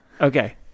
Okay